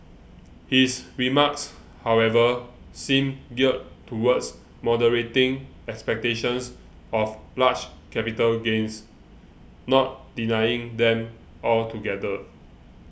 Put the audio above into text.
his remarks however seem geared towards moderating expectations of large capital gains not denying them altogether